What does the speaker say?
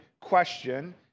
question